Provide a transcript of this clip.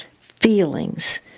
feelings